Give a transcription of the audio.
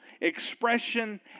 expression